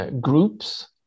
groups